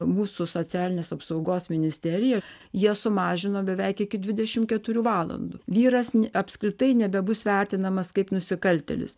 mūsų socialinės apsaugos ministerija jie sumažino beveik iki dvidešimt keturių valandų vyras apskritai nebebus vertinamas kaip nusikaltėlis